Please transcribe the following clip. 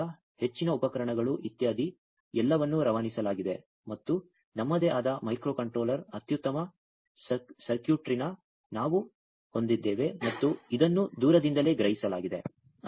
ಆದ್ದರಿಂದ ಹೆಚ್ಚಿನ ಉಪಕರಣಗಳು ಇತ್ಯಾದಿ ಎಲ್ಲವನ್ನೂ ರವಾನಿಸಲಾಗಿದೆ ಮತ್ತು ನಮ್ಮದೇ ಆದ ಮೈಕ್ರೋ ಕಂಟ್ರೋಲರ್ ಅತ್ಯುತ್ತಮ ಸರ್ಕ್ಯೂಟ್ರಿಯನ್ನು ನಾವು ಹೊಂದಿದ್ದೇವೆ ಮತ್ತು ಇದನ್ನು ದೂರದಿಂದಲೇ ಗ್ರಹಿಸಲಾಗಿದೆ